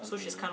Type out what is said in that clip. okay